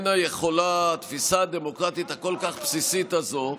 התפיסה הדמוקרטית הכל-כך בסיסית הזו,